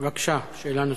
בבקשה, שאלה נוספת.